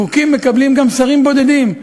חוקים מקבלים גם שרים בודדים.